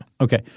Okay